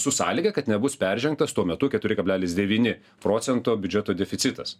su sąlyga kad nebus peržengtas tuo metu keturi kablelis devyni procento biudžeto deficitas